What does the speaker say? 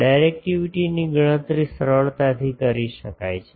ડાયરેક્ટિવિટીની ગણતરી સરળતાથી કરી શકાય છે